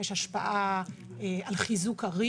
יש השפעה על חיזוק ערים.